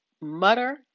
mutter